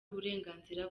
uburenganzira